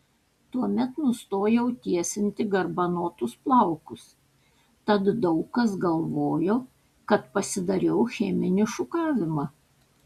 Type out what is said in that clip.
tuomet nustojau tiesinti garbanotus plaukus tad daug kas galvojo kad pasidariau cheminį šukavimą